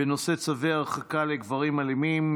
בנושא צווי הרחקה לגברים אלימים.